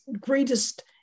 greatest